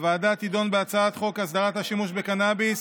הוועדה תדון בהצעת חוק הסדרת השימוש בקנביס